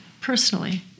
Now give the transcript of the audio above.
personally